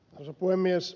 arvoisa puhemies